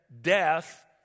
death